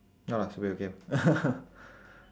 ah should be okay